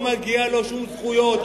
לא מגיעות לו שום זכויות.